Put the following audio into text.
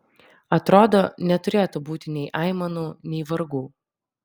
atrodo neturėtų būti nei aimanų nei vargų